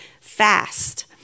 fast